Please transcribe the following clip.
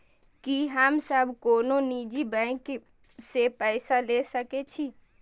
की हम सब कोनो निजी बैंक से पैसा ले सके छी?